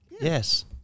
Yes